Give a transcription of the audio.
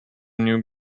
knew